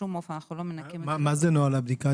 בשום אופן אנחנו לא מנכים --- מה זה נוהל הבדיקה,